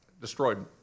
destroyed